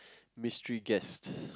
mystery guest